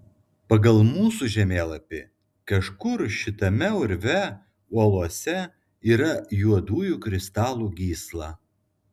pagal mūsų žemėlapį kažkur šitame urve uolose yra juodųjų kristalų gysla